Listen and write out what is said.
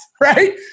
right